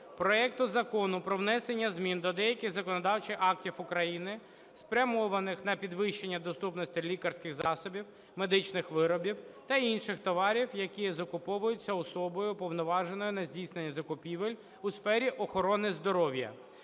проекту Закону про внесення змін до деяких законодавчих актів України, спрямованих на підвищення доступності лікарських засобів, медичних виробів та інших товарів, які закуповуються Особою, уповноваженою на здійснення закупівель у сфері охорони здоров'я